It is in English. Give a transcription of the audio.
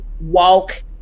walk